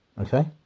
Okay